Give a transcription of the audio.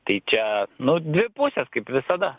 tai čia nu dvi pusės kaip visada